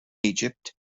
egypt